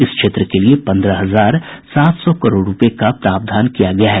इस क्षेत्र के लिए पन्द्रह हजार सात सौ करोड़ रूपये का प्रावधान किया गया है